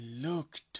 looked